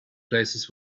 places